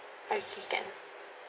okay can